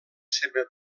seva